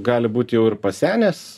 gali būti jau ir pasenęs